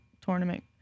tournament